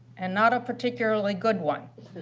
and not a particularly good one.